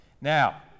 Now